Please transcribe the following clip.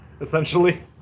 Essentially